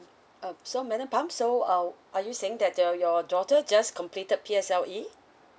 uh so madam phang so uh are you saying that your your daughter just completed P_S_L_E